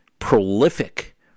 prolific